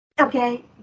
okay